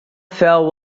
fell